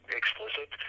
explicit